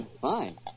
Fine